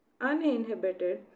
uninhibited